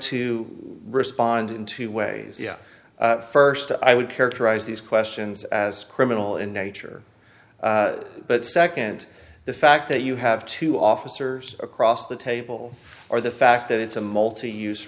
to respond in two ways yes first i would characterize these questions as criminal in nature but second the fact that you have two officers across the table or the fact that it's a multi use